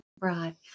Right